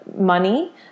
money